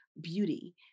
beauty